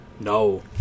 No